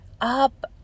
up